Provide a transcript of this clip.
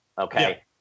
okay